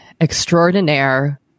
extraordinaire